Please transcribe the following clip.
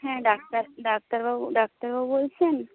হ্যাঁ ডাক্তার ডাক্তারবাবু ডাক্তারবাবু বলছেন